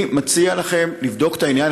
אני מציע לכם לבדוק את העניין.